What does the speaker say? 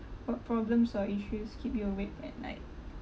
what problems or issues keep you awake at night